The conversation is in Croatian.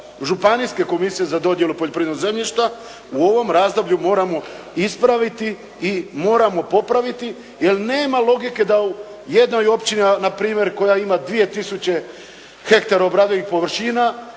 županijske komisije za dodjelu poljoprivrednog zemljišta u ovom razdoblju moramo ispraviti i moramo popraviti jer nema logike da u jednoj općini npr. koja ima 2 tisuće hektara obradivih površina